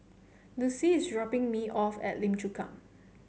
Lucie is dropping me off at Lim Chu Kang